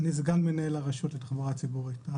אני סגן מנהל הרשות לתחבורה ציבורית.